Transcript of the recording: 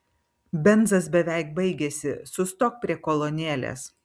benzas beveik baigėsi sustok prie kolonėlės